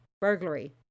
Burglary